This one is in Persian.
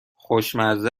خوشمزه